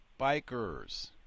bikers